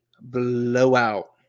blowout